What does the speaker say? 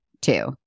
two